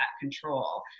control